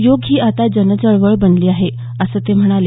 योग ही आता जन चळवळ बनली आहे असं ते म्हणाले